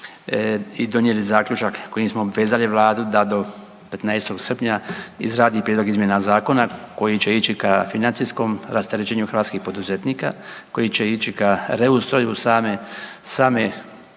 i donijeli zaključak kojim smo obvezali Vladu da do 15. srpnja izradi prijedlog izmjena zakona koji će ići ka financijskom rasterećenju hrvatskih poduzetnika, koji će ići ka reustroju same,